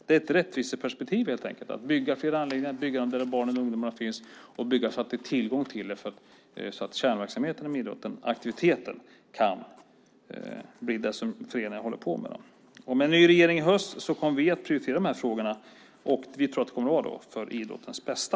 Det här med att bygga fler anläggningar och att bygga dem där barn och ungdomar finns så att dessa har tillgång till dem är helt enkelt ett rättviseperspektiv. Det handlar om att kärnverksamheten inom idrotten, aktiviteten, kan bli det som föreningarna håller på med. I en ny regering i höst kommer vi att prioritera de här frågorna för, som vi tror, idrottens bästa.